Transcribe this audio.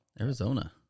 arizona